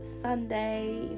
sunday